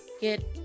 get